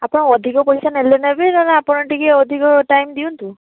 ଆପଣ ଅଧିକ ପଇସା ନେଲେ ନେବେ ନହେଲେ ଆପଣ ଟିକିଏ ଅଧିକ ଟାଇମ୍ ଦିଅନ୍ତୁ